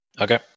Okay